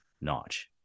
notch